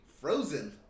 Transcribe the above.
Frozen